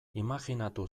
imajinatu